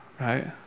right